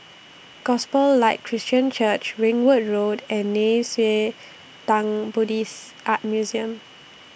Gospel Light Christian Church Ringwood Road and Nei Xue Tang Buddhist Art Museum